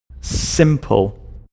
simple